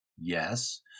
Yes